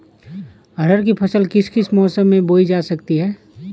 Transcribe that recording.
अरहर की फसल किस किस मौसम में बोई जा सकती है?